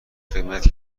خدمتی